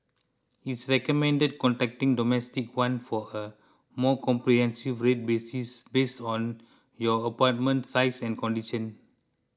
it's recommended contacting Domestic One for a more comprehensive rate bases based on your apartment size and condition